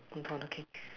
on top of the cake